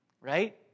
right